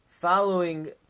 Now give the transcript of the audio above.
following